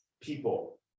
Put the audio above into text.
people